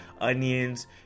onions